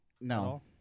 No